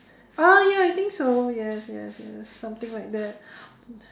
ah ya I think so yes yes yes something like that